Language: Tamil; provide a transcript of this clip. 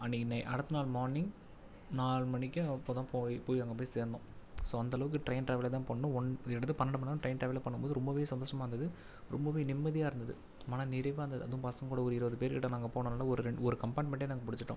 அன்றைக்கி நை அடுத்த நாள் மார்னிங் நாலு மணிக்கு அப்போ தான் போய் போய் அங்கே போய் சேர்ந்தோம் ஸோ அந்தளவுக்கு ட்ரெயின் ட்ராவலே தான் பண்ணோம் ஒன் கிட்டத்தட்ட பன்னெண்டு மணி நேரம் ட்ரெயின் ட்ராவலே பண்ணும் போது ரொம்பவே சந்தோஷமாக இருந்தது ரொம்பவே நிம்மதியாக இருந்தது மனநிறைவாக இருந்தது அதுவும் பசங்களோடய ஒரு இருபது பேர்கிட்ட நாங்கள் போனதுனால ஒரு ரெண் ஒரு கம்பார்ட்மெண்ட்டே நாங்கள் பிடிச்சிட்டோம்